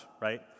right